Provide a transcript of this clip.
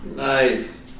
Nice